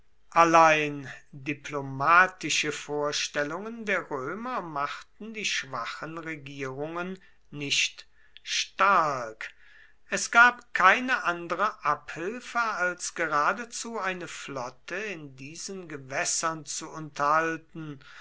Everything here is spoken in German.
allein diplomatische vorstellungen der römer machten die schwachen regierungen nicht stark es gab keine andere abhilfe als geradezu eine flotte in diesen gewässern zu unterhalten